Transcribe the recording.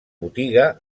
botiga